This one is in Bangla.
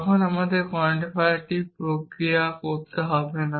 তখন আমাদের কোয়ান্টিফায়ারটি প্রক্রিয়া করতে হবে না